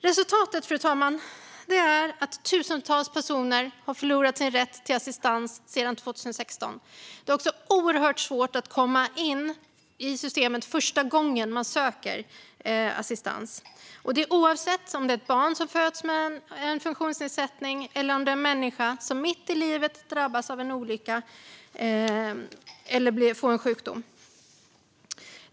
Resultatet, fru talman, är att tusentals personer har förlorat sin rätt till assistans sedan 2016. Det är också oerhört svårt att komma in i systemet första gången man söker assistans, oavsett om det är ett barn som föds med en funktionsnedsättning eller om det är en människa som mitt i livet drabbas av en olycka eller en sjukdom.